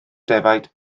defaid